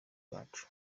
bwacu